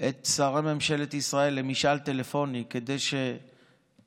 את שרי ממשלת ישראל למשאל טלפוני כדי שהחלטות